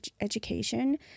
education